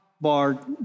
bar